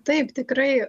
taip tikrai